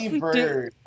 bird